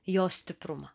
jos stiprumą